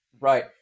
Right